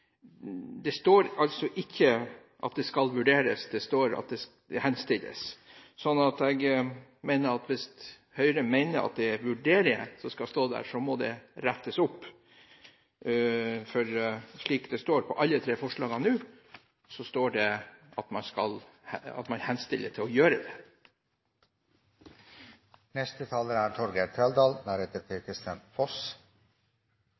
står det ikke at det henstilles å vurdere, det står at det henstilles å gjøre det. Så hvis Høyre mener at det er «vurdere» som skal stå der, så må det rettes opp. Slik det står i alle tre forslagene nå, står det at man henstiller til regjeringen å gjøre det.